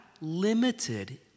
limited